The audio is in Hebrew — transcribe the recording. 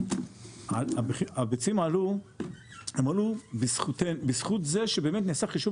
מחיר הביצים עלה בזכות זה שבאמת נעשה חישוב